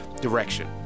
direction